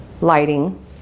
lighting